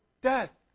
death